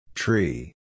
Tree